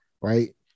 right